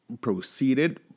proceeded